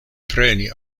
preni